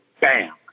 Bam